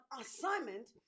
assignment